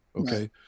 Okay